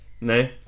No